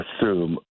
assume